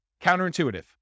Counterintuitive